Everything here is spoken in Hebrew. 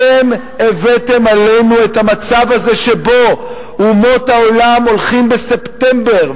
אתם הבאתם עלינו את המצב הזה שבו אומות העולם הולכות בספטמבר,